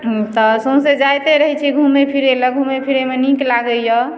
तऽ सौँसे जाइते रहय छियै घुमय फिरय लए घुमय फिरयमे नीक लागइए